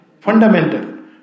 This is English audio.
Fundamental